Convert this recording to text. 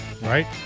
Right